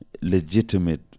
legitimate